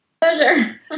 Pleasure